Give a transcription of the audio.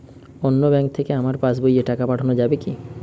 অন্য ব্যাঙ্ক থেকে আমার পাশবইয়ে টাকা পাঠানো যাবে কি?